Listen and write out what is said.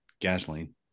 gasoline